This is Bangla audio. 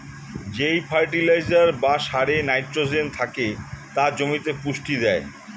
যেই ফার্টিলাইজার বা সারে নাইট্রোজেন থেকে তা জমিতে পুষ্টি দেয়